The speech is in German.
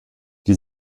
die